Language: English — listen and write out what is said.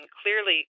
clearly